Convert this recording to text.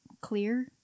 Clear